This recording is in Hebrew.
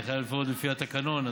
אני חייב לפעול לפי התקנון,